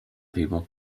people